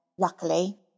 Luckily